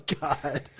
God